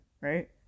right